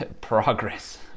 progress